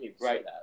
Right